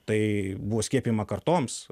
tai buvo skiepijama kartoms